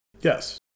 Yes